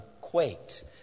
quaked